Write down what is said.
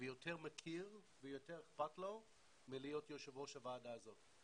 ויותר מכיר ויותר אכפת לו מלהיות יושב-ראש הוועדה הזאת.